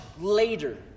later